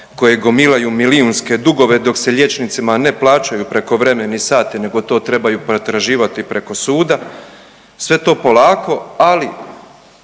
koje gomilaju milijunske dugove dok se liječnicima ne plaćaju prekovremeni sati nego to trebaju potraživati preko suda, sve to polako ali